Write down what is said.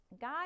God